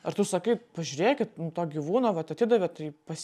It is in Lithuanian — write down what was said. ar tu sakai pažiūrėkit nu to gyvūno vat atidavėt tai pas